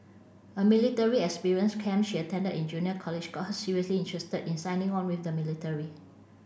a military experience camp she attended in junior college got her seriously interested in signing on with the military